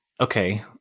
Okay